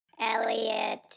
Elliot